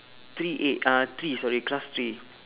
three A car three sorry class three